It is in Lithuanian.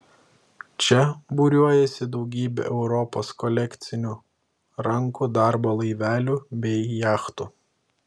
čia būriuojasi daugybė europos kolekcinių rankų darbo laivelių bei jachtų